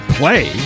play